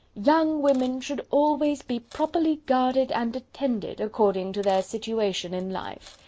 young women should always be properly guarded and attended, according to their situation in life.